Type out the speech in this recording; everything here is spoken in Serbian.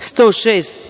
106/16